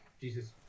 Jesus